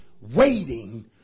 waiting